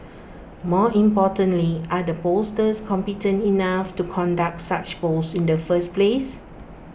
more importantly are the pollsters competent enough to conduct such polls in the first place